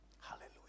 Hallelujah